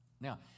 Now